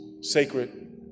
sacred